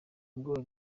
bwoba